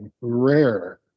rare